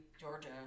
Georgia